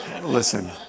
Listen